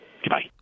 Goodbye